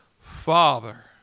Father